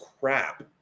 crap